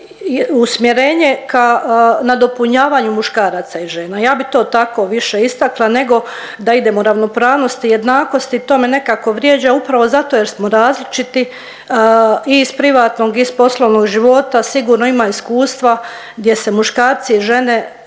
usmjerenje ka nadopunjavanju muškaraca i žena, ja bi to tako više istakla nego da idemo ravnopravnosti i jednakosti. To me upravo vrijeđa upravo zato jer smo različiti i iz privatnog iz poslovnog života sigurno ima iskustva gdje se muškarci i žene